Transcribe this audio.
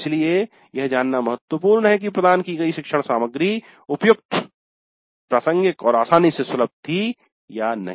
इसलिए यह जानना महत्वपूर्ण है कि प्रदान की गई शिक्षण सामग्री उपयुक्तप्रासंगिक और आसानी से सुलभ थी या नहीं